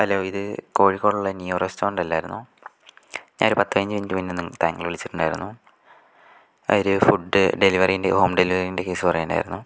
hello ഇത് കോഴിക്കോടുള്ള Neo restaurant അല്ലായിരുന്നോ ഞാനൊരു പത്ത് പതിനഞ്ച് മിനിറ്റ് മുൻപേ നി താങ്കളെ വിളിച്ചിട്ടുണ്ടായിരുന്നു ഒരു ഫുഡ് ഡെലിവറീൻ്റെ ഹോം ഡെലിവറീൻ്റെ കേസ് പറയാനായിരുന്നു